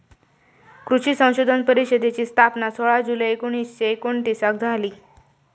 कृषी संशोधन परिषदेची स्थापना सोळा जुलै एकोणीसशे एकोणतीसाक झाली